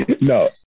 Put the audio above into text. No